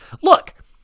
look